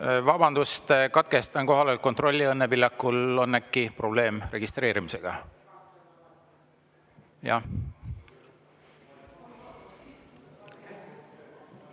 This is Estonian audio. Vabandust! Katkestan kohaloleku kontrolli. Õnne Pillakul on äkki probleem registreerimisega? Jah.